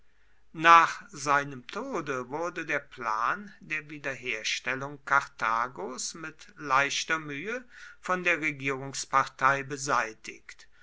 nach seinem tode wurde der plan der wiederherstellung karthagos mit leichter mühe von der regierungspartei beseitigt